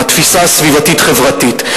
התפיסה הסביבתית-חברתית.